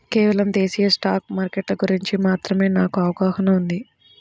కేవలం దేశీయ స్టాక్ మార్కెట్ల గురించి మాత్రమే నాకు అవగాహనా ఉంది